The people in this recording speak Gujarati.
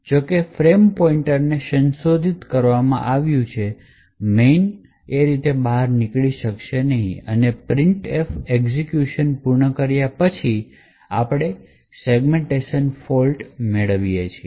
જો કે ફ્રેમ પોઇન્ટરને સંશોધિત કરવામાં આવ્યું છે main રીતે બહાર નીકળી શકશે નહીં અને printf એક્ઝેક્યુશન પૂર્ણ કર્યા પછી આપણે સેગમેન્ટેશન ફોલ્ટ કેમ મેળવીએ છીએ